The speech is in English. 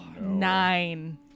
Nine